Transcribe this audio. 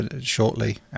shortly